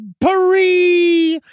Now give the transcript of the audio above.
Paris